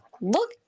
Look